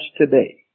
today